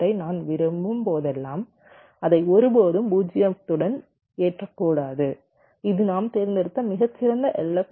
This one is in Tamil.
ஆரை நாம் விரும்பும் போதெல்லாம் அதை ஒருபோதும் 0 உடன் ஏற்றக்கூடாது இது நாம் தேர்ந்தெடுத்த மிகச் சிறந்த எல்